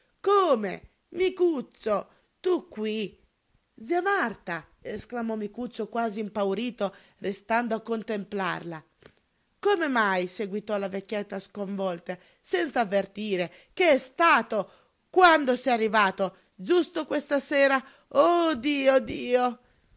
velluto come micuccio tu qui zia marta esclamò micuccio quasi impaurito restando a contemplarla come mai seguitò la vecchietta sconvolta senza avvertire che è stato quando sei arrivato giusto questa sera oh dio